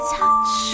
touch